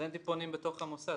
סטודנטים פונים בתוך המוסד,